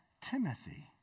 Timothy